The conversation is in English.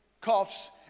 coughs